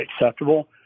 acceptable